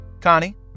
Connie